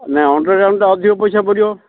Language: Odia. ନାଇଁ ଅଣ୍ଡରଗ୍ରାଉଣ୍ଡ୍ଟା ଅଧିକ ପଇସା ପଡ଼ିବ